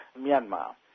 myanmar